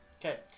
Okay